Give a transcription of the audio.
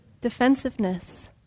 Defensiveness